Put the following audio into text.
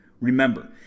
Remember